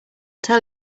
tell